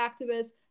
activists